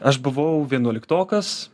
aš buvau vienuoliktokas